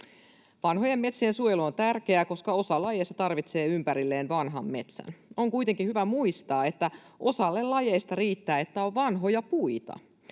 Vanhojen metsien suojelu on tärkeää, koska osa lajeista tarvitsee ympärilleen vanhan metsän. On kuitenkin hyvä muistaa, että osalle lajeista riittää, että on vanhoja puita.